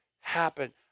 happen